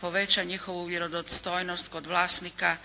poveća njihovu vjerodostojnost kod vlasnika